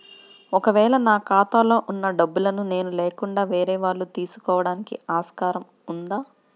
ఒక వేళ నా ఖాతాలో వున్న డబ్బులను నేను లేకుండా వేరే వాళ్ళు తీసుకోవడానికి ఆస్కారం ఉందా?